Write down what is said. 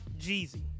Jeezy